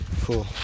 Cool